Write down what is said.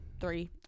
three